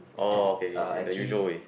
orh K K K the usual way